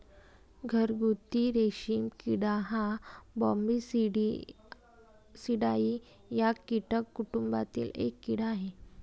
घरगुती रेशीम किडा हा बॉम्बीसिडाई या कीटक कुटुंबातील एक कीड़ा आहे